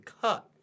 cut